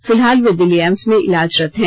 फिलहाल वे दिल्ली एम्स में इलाजरत हैं